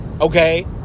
Okay